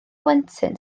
blentyn